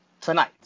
tonight